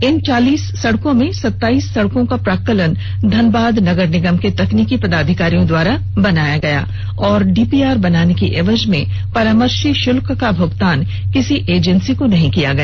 इन चालीस सड़को में सताईस सड़कों का प्राक्कलन धनबाद नगर निगम के तकनीकी पदाधिकारियों द्वारा बनाया गया और डीपीआर बनाने के एवज में परामर्षी शुल्क का भुगतान किसी एजेंसी को नहीं किया गया